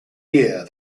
year